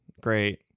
Great